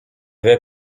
vais